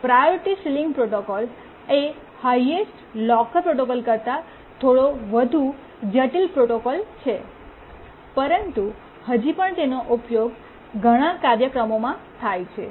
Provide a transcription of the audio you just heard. priority ceiling protocol એ highest locker protocol કરતા થોડો વધુ જટિલ પ્રોટોકોલ છે પરંતુ હજી પણ તેનો ઉપયોગ ઘણા કાર્યક્રમોમાં થાય છે